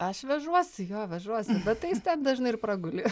aš vežuosi jo vežuosi bet tai jis ten dažnai ir praguli